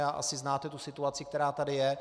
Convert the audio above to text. A asi znáte tu situaci, která tady je.